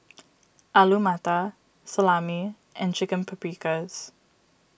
Alu Matar Salami and Chicken Paprikas